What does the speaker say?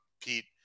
Pete